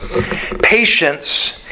Patience